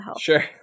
Sure